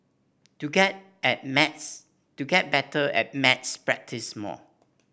to get at maths to get better at maths practise more